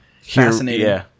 Fascinating